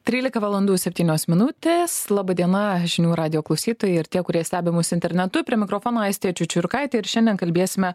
trylika valandų septynios minutės laba diena žinių radijo klausytojai ir tie kurie stebi mus internetu prie mikrofono aistė čičiurkaitė ir šiandien kalbėsime